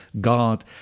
God